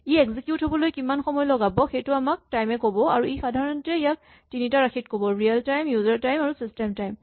ই execute হ'বলৈ কিমান সময় লগাব সেইটো আমাক টাইম এ ক'ব আৰু ই সাধাৰণতে ইয়াক তিনিটা ৰাশিত ক'ব ৰিয়েল টাইম ইউজাৰ টাইম আৰু ছিষ্টেম টাইম